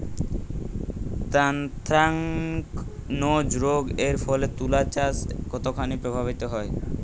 Anthracnose রোগ এর ফলে তুলাচাষ কতখানি প্রভাবিত হয়?